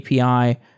API